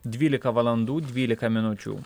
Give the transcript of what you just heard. dvylika valandų dvylika minučių